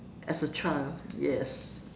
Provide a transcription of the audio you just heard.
as a child yes